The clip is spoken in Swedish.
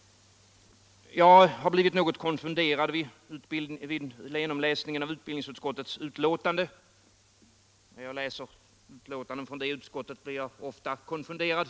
Jag har blivit något konfunderad vid genomläsningen av utbildningsutskottets betänkande. När jag läser betänkanden från det utskottet blir jag ofta konfunderad.